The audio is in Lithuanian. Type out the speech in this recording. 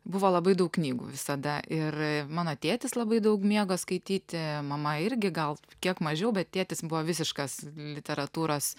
buvo labai daug knygų visada ir mano tėtis labai daug mėgo skaityti mama irgi gal kiek mažiau bet tėtis buvo visiškas literatūros